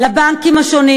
לבנקים השונים: